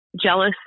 jealous